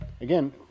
again